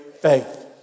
faith